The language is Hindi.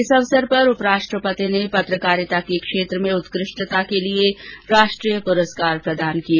इस अवसर पर उपराष्ट्रपति ने पत्रकारिता के क्षेत्र में उत्कृष्टता के लिए राष्ट्रीय पुरस्कार प्रदान किए